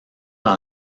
dans